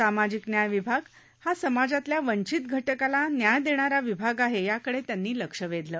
सामाजिक न्याय विभाग हा समाजातल्या वंचित घटकाला न्याय देणारा विभाग आहे याकडे त्यांनी लक्ष वेधलं